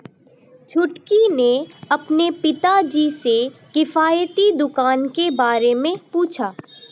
छुटकी ने अपने पिताजी से किफायती दुकान के बारे में पूछा